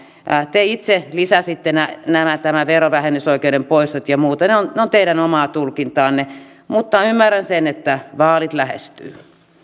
te itse lisäsitte nämä verovähennysoikeuden poistot ja muut ne ovat teidän omaa tulkintaanne mutta ymmärrän sen että vaalit lähestyvät